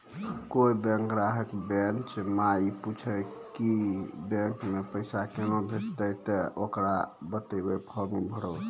कोय बैंक ग्राहक बेंच माई पुछते की बैंक मे पेसा केना भेजेते ते ओकरा बताइबै फॉर्म भरो